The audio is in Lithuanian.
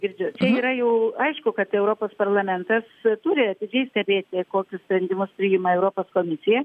girdžiu čia yra jau aišku kad europos parlamentas turi atidžiai stebėti kokius sprendimus priima europos komisija